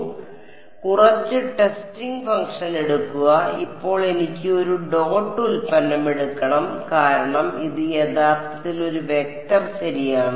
അതിനാൽ കുറച്ച് testing function എടുക്കുക ഇപ്പോൾ എനിക്ക് ഒരു ഡോട്ട് ഉൽപ്പന്നം എടുക്കണം കാരണം ഇത് യഥാർത്ഥത്തിൽ ഒരു വെക്റ്റർ ശരിയാണ്